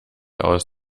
aus